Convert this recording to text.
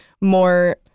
more